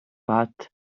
but